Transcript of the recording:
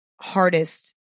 hardest